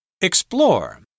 Explore